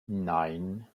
nein